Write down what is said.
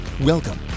Welcome